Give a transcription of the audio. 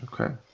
okay